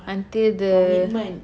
until the